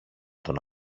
τον